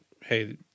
hey